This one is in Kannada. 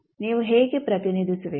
ನೀವು ಹೇಗೆ ಪ್ರತಿನಿಧಿಸುವಿರಿ